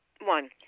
One